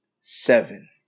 seven